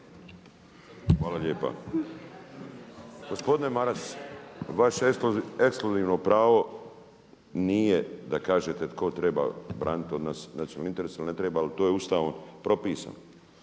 Hvala lijepa. Gospodine Maras, vaše ekskluzivno pravo nije da kažete tko treba braniti od nas nacionalne interese, ili ne treba, ali to je Ustavnom propisano.